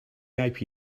vip